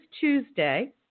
Tuesday